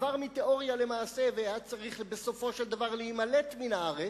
שעבר מתיאוריה למעשה והיה צריך בסופו של דבר להימלט מן הארץ.